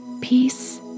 peace